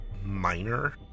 minor